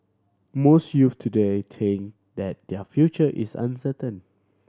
most youth today think that their future is uncertain